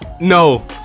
no